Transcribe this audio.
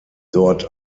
dort